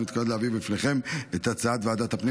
אני מתכבד להביא בפניכם את הצעת ועדת הפנים